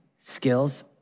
skills